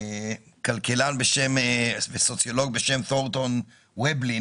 לפני 100 שנה היה סוציולוג בשם תורסטן ובלן